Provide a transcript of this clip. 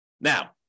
Now